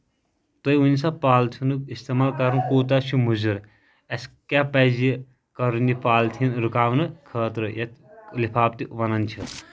تُہۍ ؤنو سا پالتھیٖنُک اِستعمال کرُن کوٗتاہ چھُ مُضِر اَسہِ کیاہ پَزِ کَرُن یہِ پالتھیٖن رُکاونہٕ خٲطرٕ یَتھ لِفافہٕ وَنان چھِ